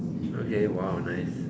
okay !wow! nice